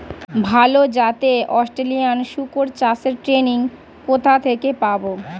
ভালো জাতে অস্ট্রেলিয়ান শুকর চাষের ট্রেনিং কোথা থেকে পাব?